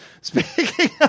speaking